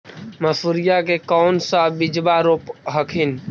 मसुरिया के कौन सा बिजबा रोप हखिन?